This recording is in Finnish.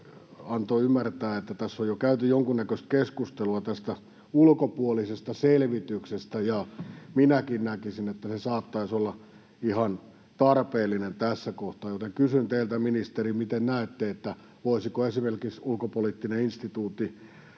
antoi ymmärtää, että on jo käyty jonkunnäköistä keskustelua ulkopuolisesta selvityksestä. Minäkin näkisin, että se saattaisi olla ihan tarpeellinen tässä kohtaa, joten kysyn teiltä, ministeri: miten näette, voisiko esimerkiksi Ulkopoliittinen instituutti